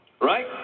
Right